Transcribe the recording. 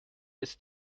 ist